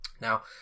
Now